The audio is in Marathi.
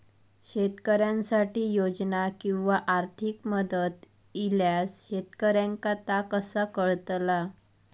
शेतकऱ्यांसाठी योजना किंवा आर्थिक मदत इल्यास शेतकऱ्यांका ता कसा कळतला?